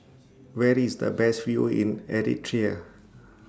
Where IS The Best View in Eritrea